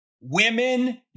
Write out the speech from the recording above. women